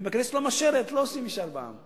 ואם הכנסת לא מאשרת לא עושים משאל בעם.